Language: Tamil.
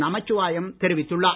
நமசிவாயம் தெரிவித்துள்ளார்